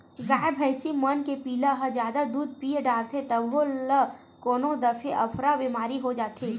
गाय भइसी मन के पिला ह जादा दूद पीय डारथे तभो ल कोनो दफे अफरा बेमारी हो जाथे